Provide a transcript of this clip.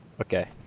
Okay